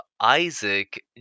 Isaac